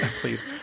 please